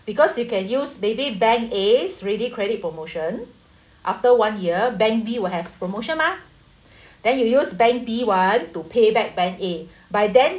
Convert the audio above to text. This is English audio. because you can use maybe bank A's ready credit promotion after one year bank B will have promotion mah then you use bank B [one] to pay back bank A by then